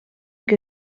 que